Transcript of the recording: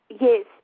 Yes